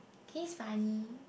he is funny